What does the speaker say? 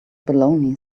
baloney